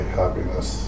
happiness